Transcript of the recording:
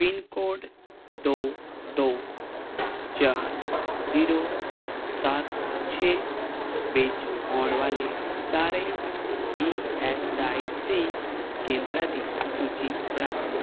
pin code ਦੋ ਦੋ ਚਾਰ ਜ਼ੀਰੋ ਸੱਤ ਛੇ ਵਿੱਚ ਆਉਣ ਵਾਲੇ ਸਾਰੇ ਈ ਐੱਸ ਆਈ ਸੀ ਕੇਂਦਰਾਂ ਦੀ ਸੂਚੀ ਬਣਾਓ